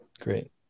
Great